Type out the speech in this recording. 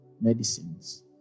medicines